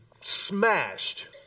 smashed